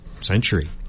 century